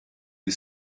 die